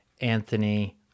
Anthony